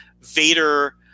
Vader